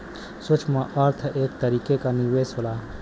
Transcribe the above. सूक्ष्म अर्थ एक तरीके क निवेस होला